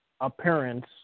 appearance